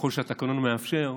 ככל שהתקנון מאפשר,